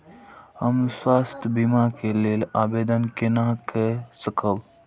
हम स्वास्थ्य बीमा के लेल आवेदन केना कै सकब?